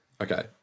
Okay